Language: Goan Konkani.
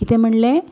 कितें म्हणलें